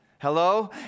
Hello